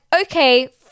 okay